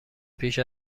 پیش